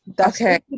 okay